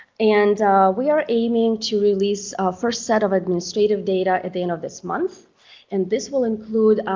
and we are aiming to release first set of administrative data at the end of this month and this will include